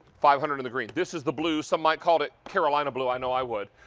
five hundred in the green. this is the blue, some might call it carolina blue. i know i would.